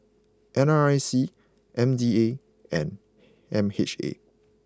N R I C M D A and M H A